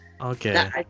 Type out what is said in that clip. okay